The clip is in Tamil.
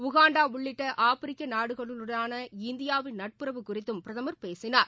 உகாண்டா உள்ளிட்ட ஆப்பிரிக்க நாடுகளுடனான இந்தியாவின் நட்புறவு குறித்தும் பிரதமர் பேசினார்